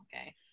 okay